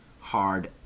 hard